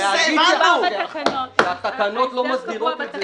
התקנות לא מסדירות את זה.